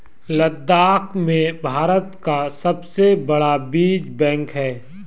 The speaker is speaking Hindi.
लद्दाख में भारत का सबसे बड़ा बीज बैंक है